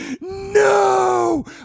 no